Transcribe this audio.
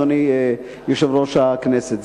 אדוני יושב-ראש הכנסת,